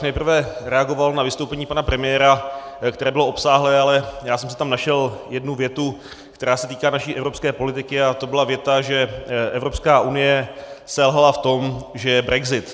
Nejprve bych reagoval na vystoupení pana premiéra, které bylo obsáhlé, ale já jsem si tam našel jednu větu, která se týká naší evropské politiky, a to byla věta, že Evropská unie selhala v tom, že je brexit.